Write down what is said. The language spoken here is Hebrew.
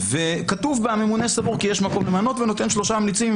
וכתוב בה שהממונה סבור שיש מקום למנות ונותן 3 ממליצים.